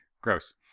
Gross